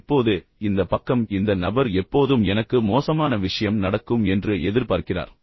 இப்போது இந்த பக்கம் இந்த நபர் எப்போதும் எனக்கு மோசமான விஷயம் நடக்கும் என்று எதிர்பார்க்கிறார்